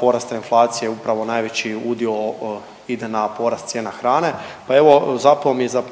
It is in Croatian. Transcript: porasta inflacije upravo najveći udio ide na porast cijena hrane. Pa evo, zapeo mi je za